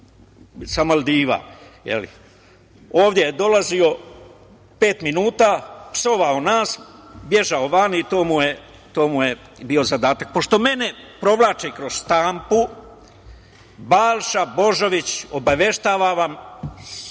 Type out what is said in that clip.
sa Maldiva“. Ovde je dolazio pet minuta, psovao nas, bežao van i to mu je bio zadatak. Pošto mene provlači kroz štampu, Balša Božović, obaveštavam vas,